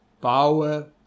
power